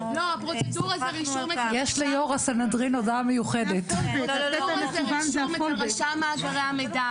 אנחנו שוחחנו על כך --- הפרוצדורה היא רישום אצל רשם מאגר המידע.